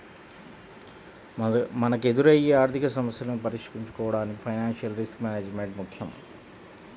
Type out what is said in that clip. మనకెదురయ్యే ఆర్థికసమస్యలను పరిష్కరించుకోడానికి ఫైనాన్షియల్ రిస్క్ మేనేజ్మెంట్ ముక్కెం